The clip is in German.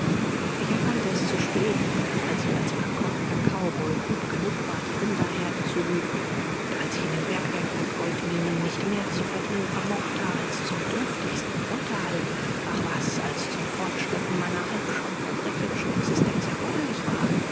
ich erkannte es zu spät als ich als verkommener cowboy gut genug war die rinderherden zu hüten und als ich in den bergwerken und goldminen nicht mehr zu verdienen mochte als zum dürftigsten unterhalt ach was als zum fortschleppen einer halb schon verbrecherischen existenz erforderlich war